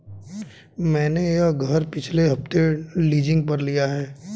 मैंने यह घर पिछले हफ्ते लीजिंग पर लिया है